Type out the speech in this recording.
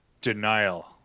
Denial